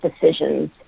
decisions